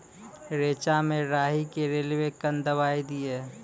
रेचा मे राही के रेलवे कन दवाई दीय?